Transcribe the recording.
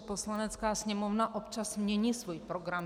Poslanecká sněmovna občas mění svůj program.